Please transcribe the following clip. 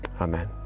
Amen